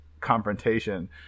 confrontation